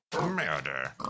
Murder